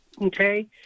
Okay